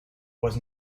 was